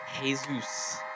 Jesus